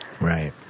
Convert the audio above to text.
Right